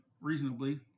reasonably